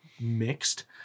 mixed